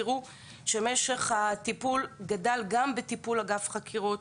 תראו שמשך הטיפול גדל גם באגף החקירות,